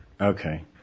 Okay